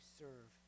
serve